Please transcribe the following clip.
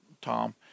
Tom